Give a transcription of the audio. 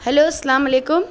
hello السّلام علیکم